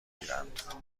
گیرند